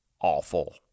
awful